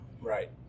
right